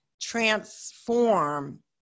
transform